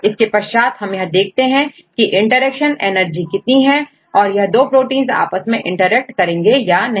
इसके पश्चात हम यह देखते हैं की इंटरेक्शन एनर्जी कितनी है और यह दो प्रोटींस आपस में इंटरेक्ट करेंगे या नहीं